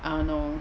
I don't know